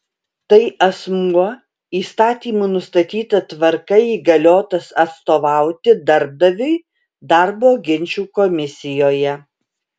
tai asmuo įstatymų nustatyta tvarka įgaliotas atstovauti darbdaviui darbo ginčų komisijoje